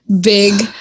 big